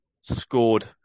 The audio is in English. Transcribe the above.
scored